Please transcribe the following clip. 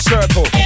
Circle